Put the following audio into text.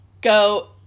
go